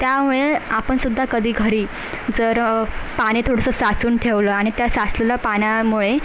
त्यामुळे आपणसुद्धा कधी घरी जर पाणी थोडंसं साचून ठेवलं आणि त्या साचलेल्या पाण्यामुळे